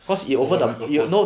over microphone